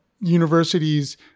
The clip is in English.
universities